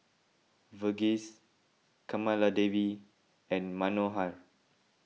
Verghese Kamaladevi and Manohar